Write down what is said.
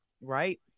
Right